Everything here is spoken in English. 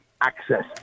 access